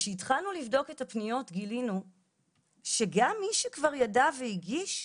כאשר התחלנו לבדוק את הפניות גילינו שגם מי שכבר ידע והגיש,